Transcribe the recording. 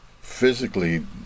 physically